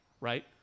right